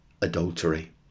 adultery